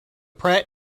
pratt